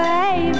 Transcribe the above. Baby